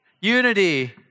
unity